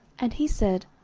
and he said,